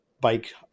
bike